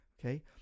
Okay